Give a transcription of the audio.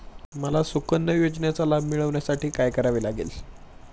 मला सुकन्या योजनेचा लाभ मिळवण्यासाठी काय करावे लागेल?